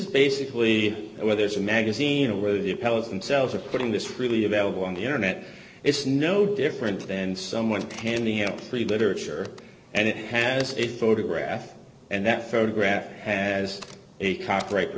is basically where there's a magazine where the pellets themselves are putting this really available on the internet it's no different then someone handing out free literature and it has a photograph and that photograph as a copyright